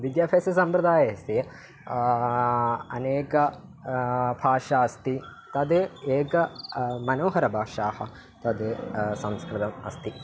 विद्याभ्याससम्प्रदायस्य अनेका भाषा अस्ति तद् एका मनोहारीभाषा तद् संस्कृतम् अस्ति